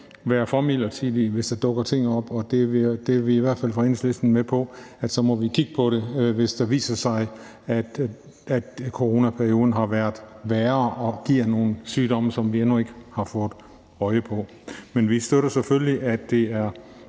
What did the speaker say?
være for midlertidig, hvis der dukker ting op. Vi er i hvert fald med på fra Enhedslistens side, at vi så må kigge på det, hvis det viser sig, at coronaperioden har været værre og giver nogle sygdomme, som vi endnu ikke har fået øje på. Men vi støtter selvfølgelig, at det er